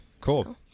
Cool